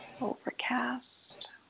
overcast